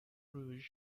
bruges